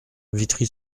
vitry